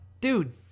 dude